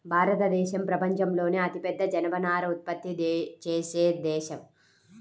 భారతదేశం ప్రపంచంలోనే అతిపెద్ద జనపనార ఉత్పత్తి చేసే దేశం